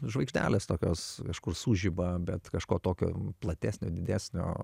žvaigždelės tokios kažkur sužiba bet kažko tokio platesnio didesnio